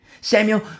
Samuel